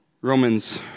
Romans